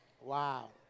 Wow